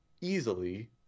easily